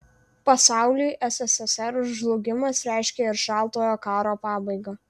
pasauliui sssr žlugimas reiškė ir šaltojo karo pabaigą